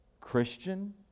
Christian